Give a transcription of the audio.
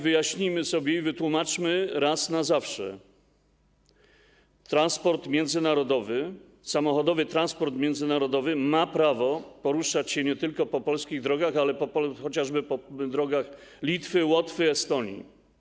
Wyjaśnijmy sobie i wytłumaczmy raz na zawsze: transport międzynarodowy, samochodowy transport międzynarodowy ma prawo poruszać się nie tylko po polskich drogach, ale także chociażby po drogach Litwy, Łotwy, Estonii.